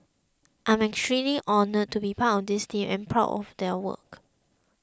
I'm extremely honoured to be part of this team and am proud of their work